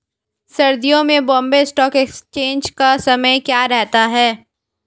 सर्दियों में Bombay stock exchange का समय क्या रहता है?